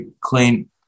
clean